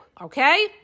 okay